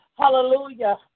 Hallelujah